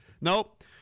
Nope